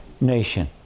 nation